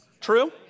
True